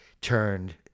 turned